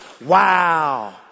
Wow